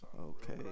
Okay